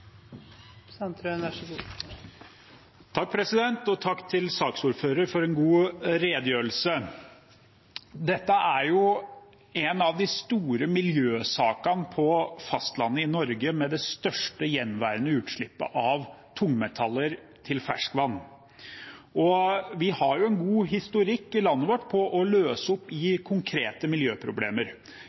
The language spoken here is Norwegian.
en av de store miljøsakene på fastlandet i Norge, med det største gjenværende utslippet av tungmetaller til ferskvann. Vi har jo en god historikk i landet vårt når det gjelder å løse opp i konkrete miljøproblemer.